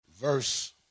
verse